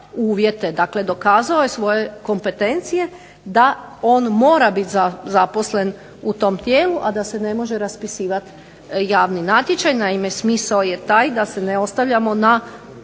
dakle dokazao je svoju kompetenciju, da on mora biti zaposlen u tom tijelu, a da se ne može raspisivati javni natječaj. Naime, smisao je taj da se ne ostavljamo na